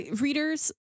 Readers